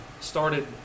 started